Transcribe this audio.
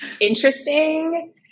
interesting